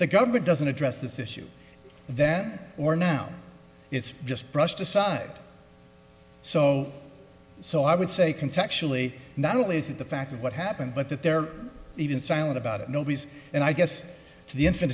the government doesn't address this issue then or now it's just brushed aside so so i would say contractually not only is it the fact of what happened but that they're even silent about it nobody's and i guess to the